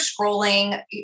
scrolling